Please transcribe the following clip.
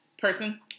person